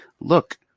look